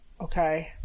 okay